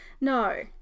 No